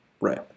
Right